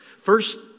First